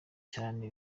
cyane